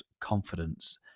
confidence